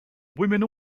women